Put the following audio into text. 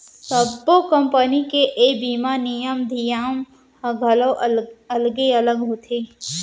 सब्बो कंपनी के ए बीमा नियम धियम ह घलौ अलगे अलग होथे